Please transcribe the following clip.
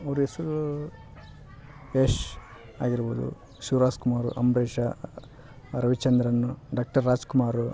ಅವರ ಹೆಸರು ಯಶ್ ಆಗಿರಬೋದು ಶಿವ ರಾಜ್ಕುಮಾರ್ ಅಂಬರೀಷ್ ರವಿಚಂದ್ರನ್ ಡಾಕ್ಟರ್ ರಾಜ್ಕುಮಾರ್